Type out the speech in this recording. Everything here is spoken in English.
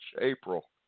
April